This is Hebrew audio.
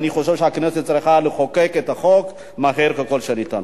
אני חושב שהכנסת צריכה לחוקק את החוק מהר ככל שניתן.